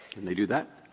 and they do that?